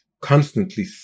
constantly